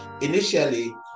Initially